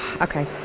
Okay